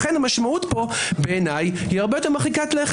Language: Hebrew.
לכן המשמעות פה הרבה יותר מרחיקת לכת בעיניי.